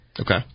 Okay